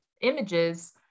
images